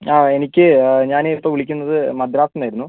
ആ എനിക്ക് ഞാനിപ്പോൾ വിളിക്കുന്നത് മദ്രാസിന്നായിരുന്നു